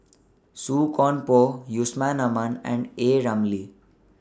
Song Koon Poh Yusman Aman and A Ramli